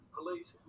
police